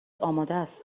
آمادست